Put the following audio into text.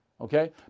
Okay